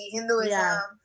Hinduism